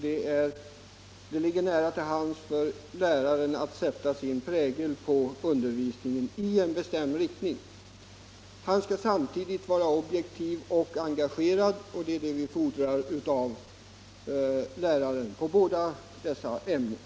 Det ligger nära till hands att läraren sätter sin prägel på undervisningen i en bestämd riktning som går emot hemmens grunduppfattning. Han skall samtidigt vara objektiv och engagerad. Det är vad vi fordrar av läraren i båda dessa ämnen.